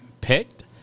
picked